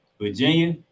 Virginia